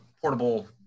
portable